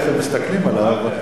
איך הם מסתכלים עליו.